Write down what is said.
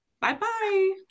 bye-bye